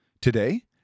Today